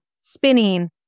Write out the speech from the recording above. spinning